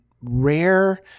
rare